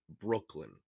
Brooklyn